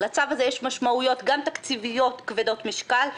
לצו הזה יש משמעויות גם תקציביות כבדות משקל.